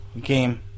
game